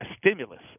stimulus